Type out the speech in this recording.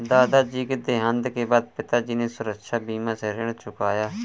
दादाजी के देहांत के बाद पिताजी ने सुरक्षा बीमा से ऋण चुकाया